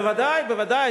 בוודאי, בוודאי.